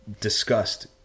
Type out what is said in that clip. discussed